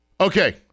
Okay